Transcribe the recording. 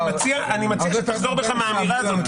אני מציע שתחזור בך מהאמירה הזאת,